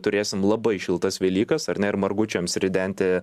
turėsim labai šiltas velykas ar ne ir margučiams ridenti